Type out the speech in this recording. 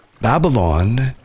Babylon